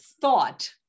thought